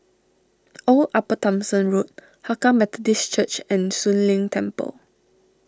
Old Upper Thomson Road Hakka Methodist Church and Soon Leng Temple